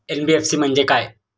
NBFC म्हणजे काय?